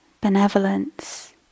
benevolence